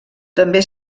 també